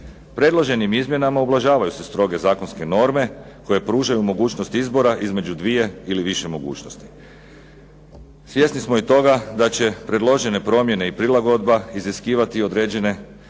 Predloženim izmjenama ublažavaju se stroge zakonske norme koje pružaju mogućnost izbora između dvije ili više mogućnosti. Svjesni smo i toga da će predložene promjene i prilagodba iziskivati i određena